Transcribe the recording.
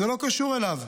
זה לא קשור אליו.